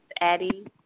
Addie